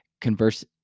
converse